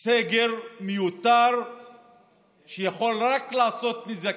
סגר מיותר שיכול רק לעשות נזקים.